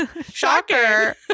Shocker